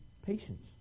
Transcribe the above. Patience